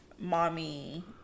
mommy